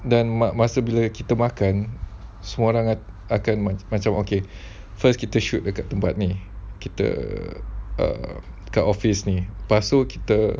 dan mak masa bila kita makan semua orang akan macam okay first kita shoot dekat tempat ini kita um kat office ini lepas itu kita